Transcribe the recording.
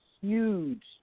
huge